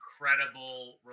incredible